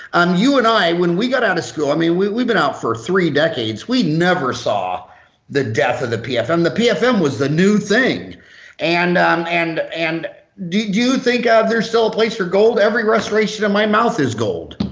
um you and i when we got out of school i mean we've been out for three decades we never saw the death of the pfm the pfm was the new thing and and and do you think ah there's still a place for gold every restoration of my mouth is gold.